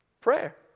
Prayer